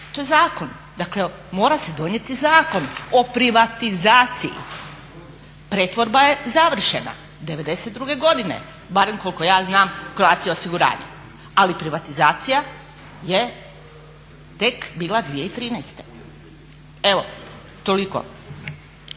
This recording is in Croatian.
To je zakon. Dakle, mora se donijeti Zakon o privatizaciji. Pretvorba je završena '92. godine barem koliko ja znam Croatia osiguranje. Ali privatizacija je tek bila 2013. Evo toliko.